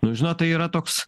nu žinot tai yra toks